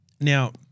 Now